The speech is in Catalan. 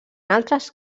altres